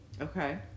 okay